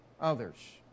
others